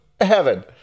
heaven